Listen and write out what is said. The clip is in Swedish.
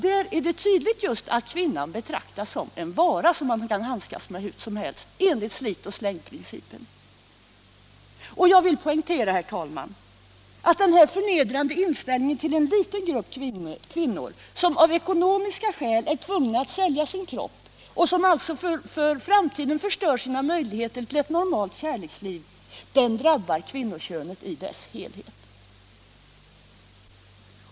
Här är det tydligt att kvinnan betraktas just som en vara som man kan handskas med 'hur som helst, enligt slit-och-släng-principen. Jag vill poängtera, herr talman, att den här förnedrande inställningen till en liten grupp kvinnor, som av ekonomiska skäl tvingas sälja sin kropp och därmed för framtiden förstör sina möjligheter till ett-normalt kärleksliv, drabbar kvinnokönet i dess helhet.